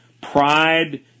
Pride